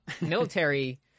military